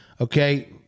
okay